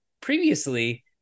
previously